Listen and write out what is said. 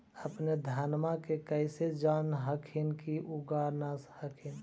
अपने धनमा के कैसे जान हखिन की उगा न हखिन?